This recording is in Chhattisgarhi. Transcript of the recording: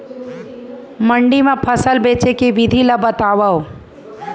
मंडी मा फसल बेचे के विधि ला बतावव?